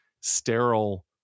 sterile